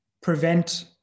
prevent